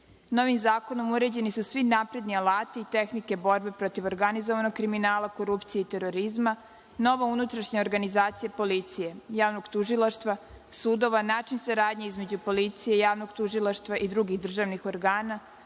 zakonom uređeni su svi napredni alati, tehnike borbe protiv organizovanog kriminala, korupcije i terorizma, nova unutrašnja organizacija policije, javnog tužilaštva, sudova, način saradnje između policije i javnog tužilaštva i drugih državnih organa,